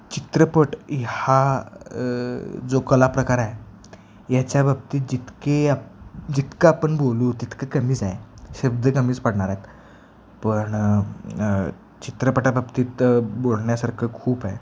चित्रपट हा जो कला प्रकार आहे याच्या बाबतीत जितके आप जितकं आपण बोलू तितकं कमीच आहे शब्द कमीच पडणार आहेत पण चित्रपटाबाबतीत बोलण्यासारखं खूप आहे